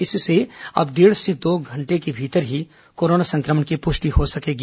इससे अब पौने दो घंटे के भीतर ही कोरोना संक्रमण की पुष्टि हो सकेगी